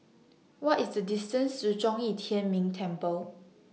What IS The distance to Zhong Yi Tian Ming Temple